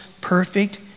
perfect